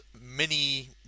mini